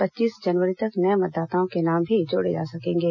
पच्चीस जनवरी तक नये मतदाताओं के नाम भी जोड़े जा सकेंगे